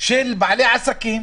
של בעלי עסקים